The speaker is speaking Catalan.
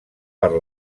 per